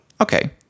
Okay